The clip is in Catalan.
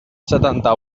setanta